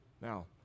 Now